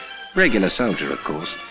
regular soldier, of course,